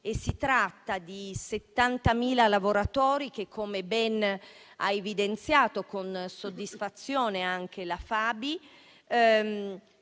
Si tratta di 70.000 lavoratori che, come ben ha evidenziato con soddisfazione anche la